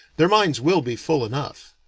their minds will be full enough.